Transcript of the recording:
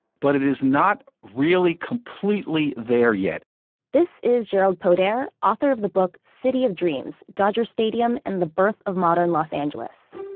but it is not really completely there yet this is jerald podair, author of the book, city of dreams dodger stadium and the birth of modern los angeles.